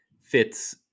fits